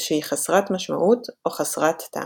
ושהיא חסרת משמעות או חסרת טעם.